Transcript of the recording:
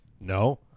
No